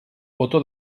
botó